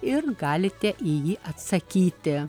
ir galite į jį atsakyti